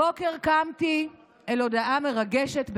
הבוקר קמתי אל הודעה מרגשת באמת: